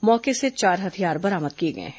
मौके से चार हथियार बरामद किए गए हैं